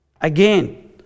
Again